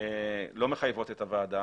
לא מחייבות את הוועדה.